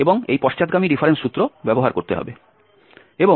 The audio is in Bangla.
এবং এই পশ্চাৎগামী ডিফারেন্স সূত্র ব্যবহার করতে হবে